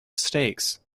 stakes